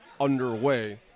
underway